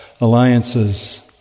alliances